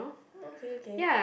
okay okay